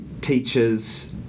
teachers